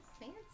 fancy